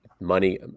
money